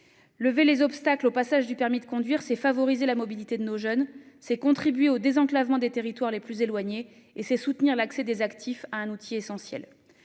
Lever les obstacles au passage du permis de conduire, c'est favoriser la mobilité de nos jeunes, contribuer au désenclavement des territoires les plus éloignés et soutenir l'accès des actifs à un outil essentiel.